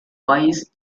wise